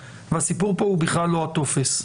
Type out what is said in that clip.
הסיפור פה הוא בכלל לא הטופס,